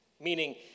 meaning